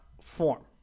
form